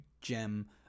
gem